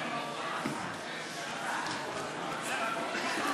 התאזרחותו של קטין אשר הוריו קיבלו אזרחות מכוח חוק השבות),